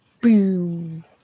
boom